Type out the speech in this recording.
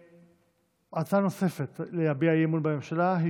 הצעה נוספת להביע אי-אמון בממשלה היא